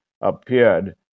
appeared